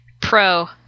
Pro